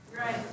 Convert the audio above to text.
Right